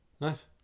Nice